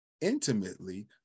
intimately